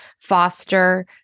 foster